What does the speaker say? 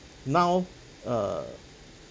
now err